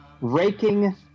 raking